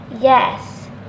Yes